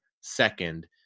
second